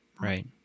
Right